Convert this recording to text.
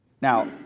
Now